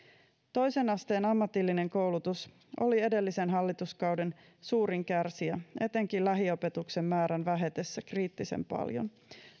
toisen asteen ammatillinen koulutus oli edellisen hallituskauden suurin kärsijä etenkin lähiopetuksen määrän vähetessä kriittisen paljon